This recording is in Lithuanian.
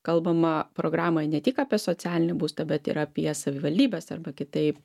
kalbama programoj ne tik apie socialinį būstą bet ir apie savivaldybes arba kitaip